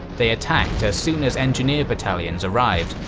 they attacked as soon as engineer battalions arrived,